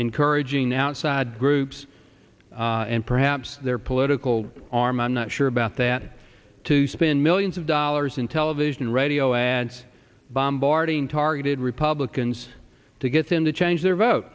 encouraging outside groups and perhaps their political arm and not sure about that to spend millions of dollars in television radio ads bombarding targeted republicans to get him to change their vote